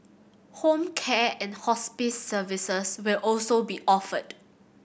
home care and hospice services will also be offered